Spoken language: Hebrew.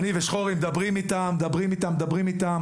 אני ושחורי מדברים איתם, מדברים איתם,